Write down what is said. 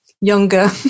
younger